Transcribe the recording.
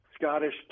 Scottish